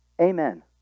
Amen